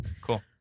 Cool